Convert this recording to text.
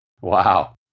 Wow